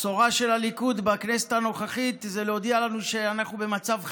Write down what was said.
הבשורה של הליכוד בכנסת הנוכחית היא להודיע לנו שאנחנו במצב חירום.